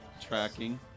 Tracking